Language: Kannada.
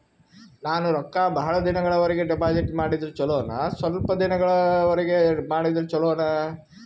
ನಾನು ರೊಕ್ಕ ಬಹಳ ದಿನಗಳವರೆಗೆ ಡಿಪಾಜಿಟ್ ಮಾಡಿದ್ರ ಚೊಲೋನ ಸ್ವಲ್ಪ ದಿನಗಳವರೆಗೆ ಮಾಡಿದ್ರಾ ಚೊಲೋನ?